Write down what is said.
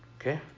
Okay